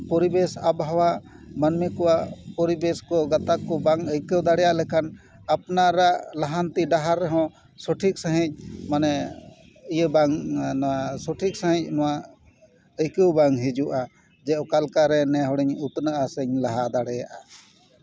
ᱯᱚᱨᱤᱵᱮᱥ ᱟᱵᱚᱦᱟᱣᱟ ᱢᱟᱹᱱᱢᱤ ᱠᱚᱣᱟᱜ ᱯᱚᱨᱤᱵᱮᱥ ᱠᱚ ᱜᱟᱛᱟᱠ ᱠᱚ ᱵᱟᱝ ᱟᱹᱭᱠᱟᱹᱣ ᱫᱟᱲᱮᱭᱟᱜ ᱞᱮᱠᱟᱱ ᱟᱯᱱᱟᱨᱟᱜ ᱞᱟᱦᱟᱱᱛᱤ ᱰᱟᱦᱟᱨ ᱨᱮᱦᱚᱸ ᱥᱚᱴᱷᱤᱠ ᱥᱟᱺᱦᱤᱡ ᱢᱟᱱᱮ ᱤᱭᱟᱹ ᱵᱟᱝ ᱱᱚᱣᱟ ᱥᱚᱴᱷᱤᱠ ᱥᱟᱺᱦᱤᱡ ᱟᱹᱭᱠᱟᱹᱣ ᱵᱟᱝ ᱦᱤᱡᱩᱜᱼᱟ ᱡᱮ ᱚᱠᱟ ᱞᱮᱠᱟᱨᱮ ᱱᱮ ᱦᱚᱲᱤᱧ ᱩᱛᱱᱟᱹᱜᱼᱟ ᱥᱮ ᱞᱟᱦᱟ ᱫᱟᱲᱮᱭᱟᱜᱼᱟ